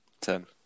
Ten